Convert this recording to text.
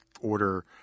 order –